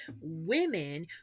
women